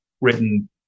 written